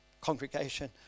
congregation